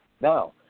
Now